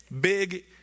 big